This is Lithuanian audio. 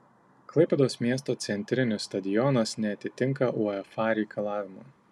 klaipėdos miesto centrinis stadionas neatitinka uefa reikalavimų